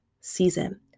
season